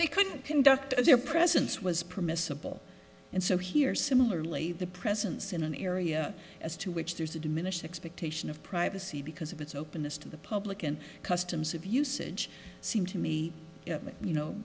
they couldn't conduct their presence was permissible and so here similarly the presence in an area as to which there's a diminished expectation of privacy because of its openness to the public and customs of usage seem to me you know